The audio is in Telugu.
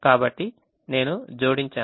కాబట్టి నేను జోడించాను